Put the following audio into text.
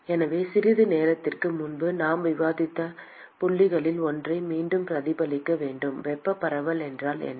எனவே சிறிது நேரத்திற்கு முன்பு நாம் விவாதித்த புள்ளிகளில் ஒன்றை மீண்டும் பிரதிபலிக்க வேண்டும் வெப்ப பரவல் என்றால் என்ன